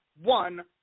one